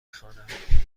خوانم